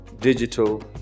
digital